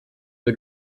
the